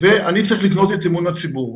אני צריך לבנות את אמון הציבור.